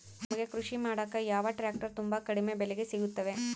ನಮಗೆ ಕೃಷಿ ಮಾಡಾಕ ಯಾವ ಟ್ರ್ಯಾಕ್ಟರ್ ತುಂಬಾ ಕಡಿಮೆ ಬೆಲೆಗೆ ಸಿಗುತ್ತವೆ?